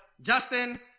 Justin